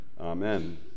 Amen